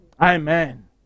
Amen